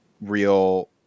real